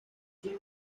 金钟